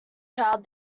child